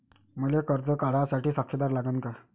मले कर्ज काढा साठी साक्षीदार लागन का?